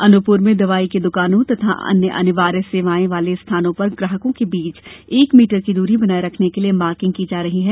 अनूपपुर में दवाई की दुकानों तथा अन्य अनिवार्य सेवाओं वाले स्थानों पर ग्राहकों के बीच एक मीटर की दूरी बनाये रखने के लिए मॉर्किंग की जा रही है